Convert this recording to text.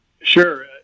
Sure